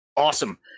awesome